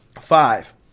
Five